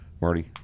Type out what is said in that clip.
Marty